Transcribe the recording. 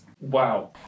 wow